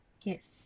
Yes